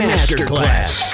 Masterclass